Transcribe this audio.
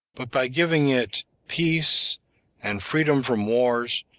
but by giving it peace and freedom from wars,